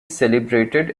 celebrated